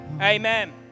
Amen